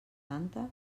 santa